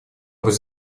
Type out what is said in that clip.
быть